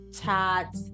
chat